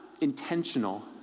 intentional